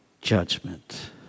judgment